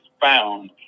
found